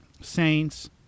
Saints